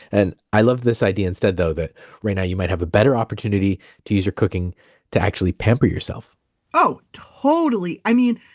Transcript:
and i love this idea instead though that right now you might have a better opportunity to use your cooking to actually pamper yourself oh, totally. i mean,